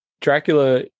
Dracula